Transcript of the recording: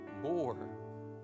more